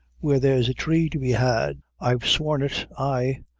where there's a tree to be had i've sworn it, ay,